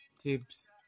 tips